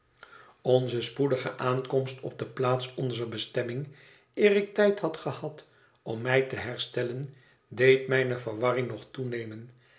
huis spoedige aankomst op de plaats onzer bestemming eer ik tijd had gehad om mij te herstellen deed mijne verwarring nog toenemen